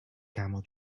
camel